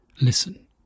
listen